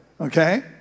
Okay